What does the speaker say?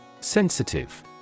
Sensitive